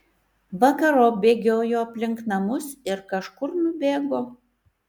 vakarop bėgiojo aplink namus ir kažkur nubėgo